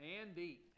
Andy